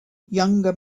younger